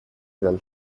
del